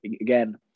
again